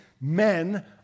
men